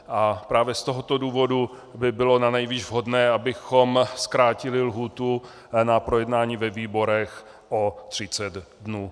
A právě z tohoto důvodu by bylo nanejvýš vhodné, abychom zkrátili lhůtu na projednání ve výborech o 30 dnů.